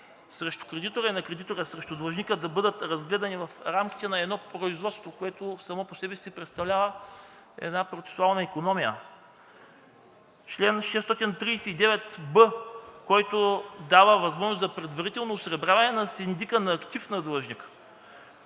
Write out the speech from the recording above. срещу кредитора и на кредитора срещу длъжника, да бъдат разгледани в рамките на едно производство, което само по себе си представлява процесуална икономия; чл. 639б, който дава възможност за предварително осребряване на синдика на актив на длъжника.